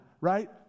right